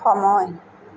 সময়